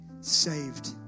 saved